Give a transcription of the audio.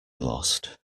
lost